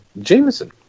Jameson